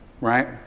Right